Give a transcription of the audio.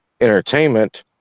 entertainment